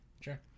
Sure